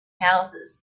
houses